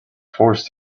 forced